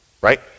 right